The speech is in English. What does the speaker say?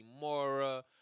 Mora